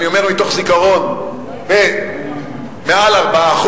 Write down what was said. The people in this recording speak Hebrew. אני אומר מתוך זיכרון, ביותר מ-4%,